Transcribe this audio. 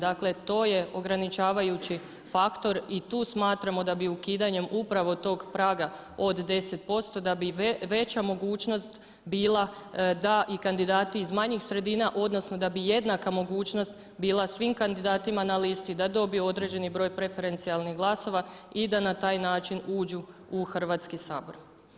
Dakle, to je ograničavajući faktor i tu smatramo da bi ukidanjem upravo tog praga od 10% da bi veća mogućnost bila da i kandidati iz manjih sredina odnosno da bi jednaka mogućnost bila svim kandidatima na listi da dobiju određeni broj preferencijalnih glasova i da na taj način uđu u Hrvatski sabor.